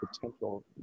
potential